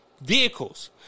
vehicles